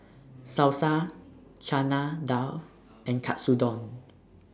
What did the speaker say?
Salsa Chana Dal and Katsudon